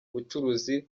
bucuruzi